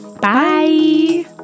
Bye